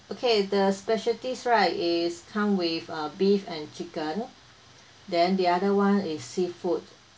okay the specialties right is come with uh beef and chicken then the other one is seafood